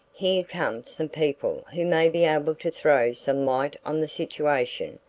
here come some people who may be able to throw some light on the situation,